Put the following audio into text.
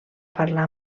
parlar